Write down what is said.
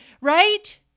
right